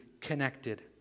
connected